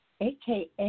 AKA